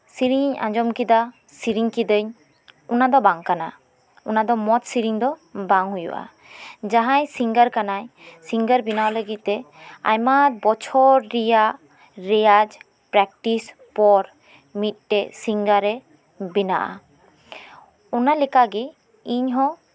ᱥᱮᱨᱮᱧᱤᱧ ᱟᱸᱡᱚᱢ ᱠᱮᱫᱟ ᱥᱮᱨᱮᱧ ᱠᱤᱫᱟᱹᱧ ᱚᱱᱟ ᱫᱚ ᱵᱟᱝ ᱠᱟᱱᱟ ᱚᱱᱟ ᱫᱚ ᱢᱚᱡᱽ ᱥᱮᱨᱮᱧ ᱫᱚ ᱵᱟᱝ ᱦᱩᱭᱩᱜᱼᱟ ᱡᱟᱦᱟᱸᱭ ᱥᱤᱝᱜᱟᱨ ᱠᱟᱱᱟᱭ ᱥᱤᱝᱜᱟᱨ ᱵᱮᱱᱟᱣ ᱞᱟᱹᱜᱤᱫ ᱛᱮ ᱟᱭᱢᱟ ᱵᱚᱪᱷᱚᱨ ᱨᱮᱭᱟᱜ ᱨᱮᱣᱟᱡᱽ ᱯᱨᱮᱠᱴᱤᱥ ᱯᱚᱨ ᱢᱤᱫᱴᱮᱱ ᱥᱤᱝᱜᱟᱨᱮ ᱵᱮᱱᱟᱜᱼᱟ ᱚᱱᱟ ᱞᱮᱠᱟᱜᱮ ᱤᱧ ᱦᱚᱸ